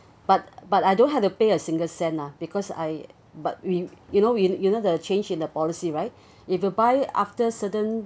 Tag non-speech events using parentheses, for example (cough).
but but I don't have to pay a single cent lah because I but we you know we you know the change in the policy right (breath) if you buy after certain